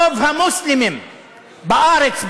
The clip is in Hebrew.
רוב המוסלמים בארץ,